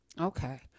Okay